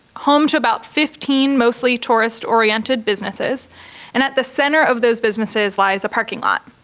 home to about fifteen mostly tourist oriented businesses. and at the centre of those businesses lies a parking lot.